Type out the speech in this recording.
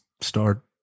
Start